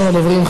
ראשון הדוברים,